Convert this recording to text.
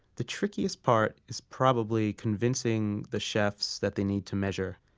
the trickiest part is probably convincing the chefs that they need to measure.